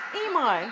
emo